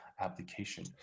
application